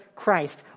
christ